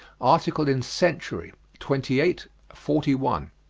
article in century, twenty eight forty one.